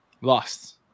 Lost